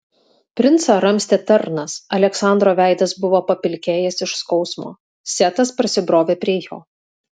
princą ramstė tarnas aleksandro veidas buvo papilkėjęs iš skausmo setas prasibrovė prie jo